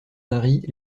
marie